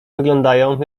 wyglądają